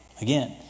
again